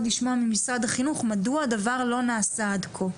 לשמוע ממשרד החינוך מדוע הדבר לא נעשה עד כה,